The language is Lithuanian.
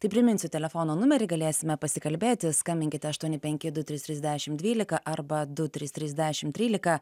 tai priminsiu telefono numerį galėsime pasikalbėti skambinkite aštuoni penki du trys trys dešim dvylika arba du trys trys dešim trylika